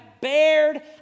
bared